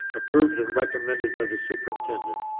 approved and recommended by the superintendent.